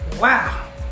Wow